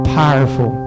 powerful